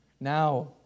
Now